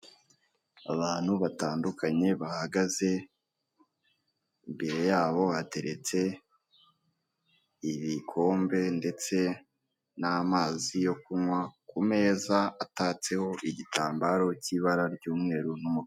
Aya n'ameza ari mu nzu, bigaragara ko aya meza ari ayokuriho arimo n'intebe nazo zibaje mu biti ariko aho bicarira hariho imisego.